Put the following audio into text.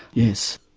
yes.